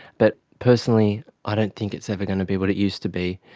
but personally i don't think it's ever going to be what it used to be.